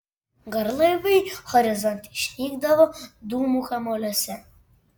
garlaiviai horizonte išnykdavo dūmų kamuoliuose